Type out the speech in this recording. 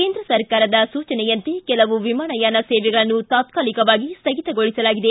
ಕೇಂದ್ರ ಸರಕಾರದ ಸೂಚನೆಯಂತೆ ಕೆಲವು ವಿಮಾನಯಾನ ಸೇವೆಗಳನ್ನು ತಾತ್ಕಾಲಿಕವಾಗಿ ಸ್ಥಗಿತಗೊಳಿಸಲಾಗಿದೆ